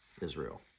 Israel